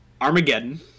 Armageddon